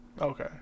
Okay